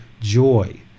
joy